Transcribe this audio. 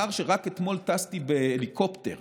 רק אתמול טסתי בהליקופטר